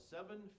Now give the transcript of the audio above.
Seven